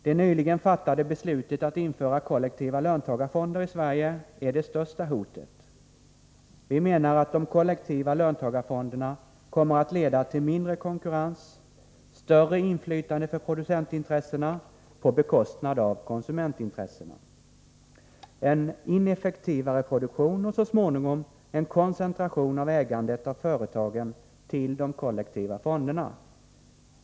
Det nyligen fattade beslutet att införa kollektiva löntagarfonder i Sverige är det största hotet. Vi menar att de kollektiva löntagarfonderna kommer att leda till mindre konkurrens, större inflytande för producentintressena på bekostnad av konsumentintressena, en ineffektivare produktion och så småningom en koncentration av ägandet av företagen till de kollektiva fonderna.